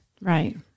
Right